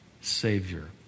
Savior